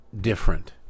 different